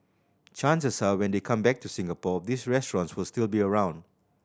chances are when they come back to Singapore these restaurants will still be around